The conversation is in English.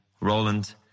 Roland